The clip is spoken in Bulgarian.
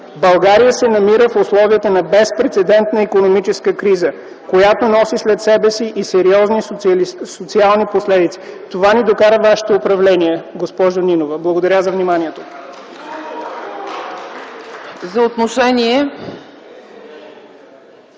„България се намира в условията на безпрецедентна икономическа криза, която носи след себе си и сериозни социални последици.” Това ни докара вашето управление, госпожо Нинова. Благодаря за вниманието.